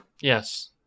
Yes